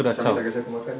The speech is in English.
siapa tak kasi aku makan